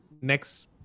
next